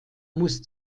muss